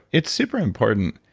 it's super important.